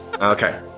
Okay